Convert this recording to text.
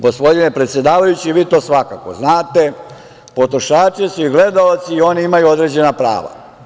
Gospodine predsedavajući, vi to svakako znate, potrošači su i gledaoci i oni imaju određena prava.